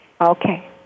Okay